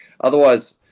otherwise